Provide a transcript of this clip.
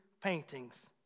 paintings